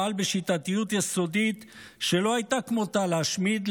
פעל בשיטתיות יסודית שלא הייתה כמותה להשמיד,